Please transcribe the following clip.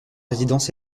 résidence